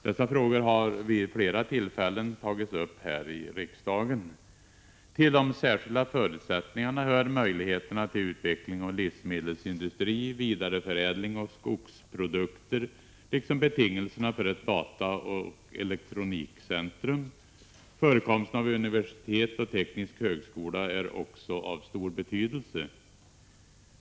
Dessa frågor har vid flera tillfällen tagits upp här i riksdagen. Till de särskilda förutsättningarna hör möjligheterna till utveckling av livsmedelsindustri, vidareförädling av skogsprodukter liksom betingelserna för ett dataoch elektronikcentrum. Förekomsten av universitet och teknisk högskola är också av stor betydelse.